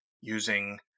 using